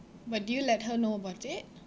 but do you let her know about it